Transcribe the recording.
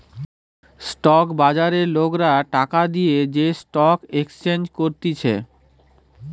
stock বাজারে লোকরা টাকা দিয়ে যে স্টক এক্সচেঞ্জ করতিছে